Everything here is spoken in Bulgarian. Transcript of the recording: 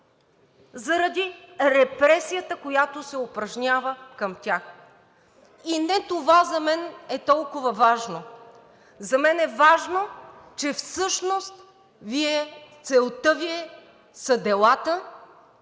заради репресията, която се упражнява към тях. И не това за мен е толкова важно, за мен е важно, че всъщност целта са Ви делата,